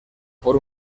por